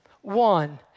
one